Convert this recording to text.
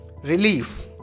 relief